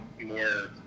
more